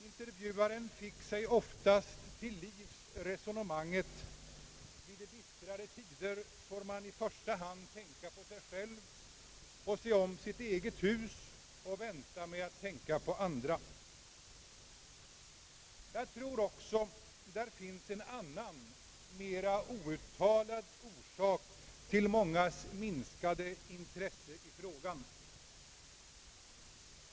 Intervjuaren fick sig oftast till livs resonemanget: Blir det bistrare tider får man i första hand tänka på sig själv och se om sitt eget hus och vänta med att tänka på andra. Jag tror också att där finns en annan, mera outtalad orsak till mångas minskade intressen i frågan.